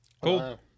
cool